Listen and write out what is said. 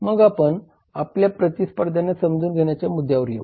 मग आपण आपल्या प्रतिस्पर्ध्यांना समजून घेण्याच्या मुद्द्यावर येऊ